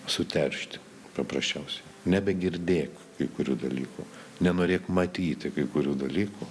suteršti paprasčiausiai nebegirdėk kai kurių dalykų nenorėk matyti kai kurių dalykų